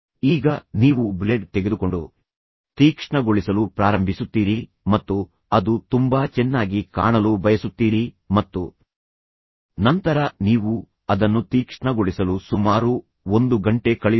ಈಗ ನೀವು ಬ್ಲೇಡ್ ತೆಗೆದುಕೊಂಡು ತೀಕ್ಷ್ಣಗೊಳಿಸಲು ಪ್ರಾರಂಭಿಸುತ್ತೀರಿ ಮತ್ತು ಅದು ತುಂಬಾ ಚೆನ್ನಾಗಿ ಕಾಣಲು ಬಯಸುತ್ತೀರಿ ಮತ್ತು ನಂತರ ನೀವು ಅದನ್ನು ತೀಕ್ಷ್ಣಗೊಳಿಸಲು ಸುಮಾರು 1 ಗಂಟೆ ಕಳೆಯುತ್ತೀರಿ